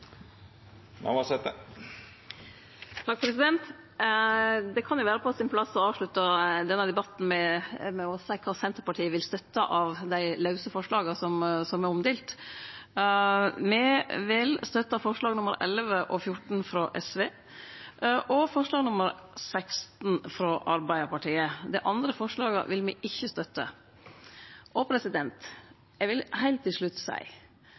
Det kan vere på sin plass å avslutte denne debatten med å seie kva Senterpartiet vil støtte av dei lause forslaga som er omdelte. Me vil støtte forslaga nr. 11 og nr. 14, frå Sosialistisk Venstreparti, og forslag nr. 16, frå Arbeidarpartiet. Dei andre forslaga vil me ikkje støtte. Eg vil heilt til slutt seie